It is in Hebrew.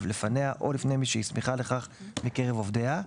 לפניה או לפני מי שהיא הסמיכה לכך מקרב עובדיה,